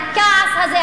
הכעס הזה,